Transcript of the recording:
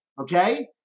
okay